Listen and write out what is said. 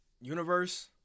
universe